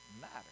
matter